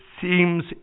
seems